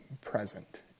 present